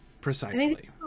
precisely